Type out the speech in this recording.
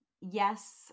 yes